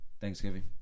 Thanksgiving